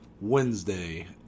Wednesday